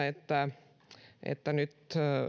että että nyt